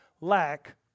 lack